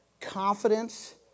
confidence